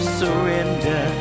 surrender